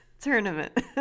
tournament